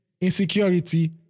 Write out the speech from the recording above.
insecurity